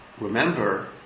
remember